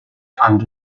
and